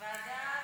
ועדת,